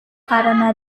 karena